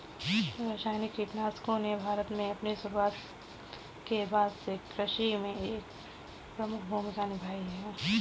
रासायनिक कीटनाशकों ने भारत में अपनी शुरूआत के बाद से कृषि में एक प्रमुख भूमिका निभाई है